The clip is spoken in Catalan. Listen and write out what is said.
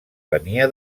venia